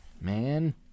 man